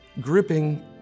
gripping